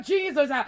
Jesus